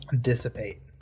dissipate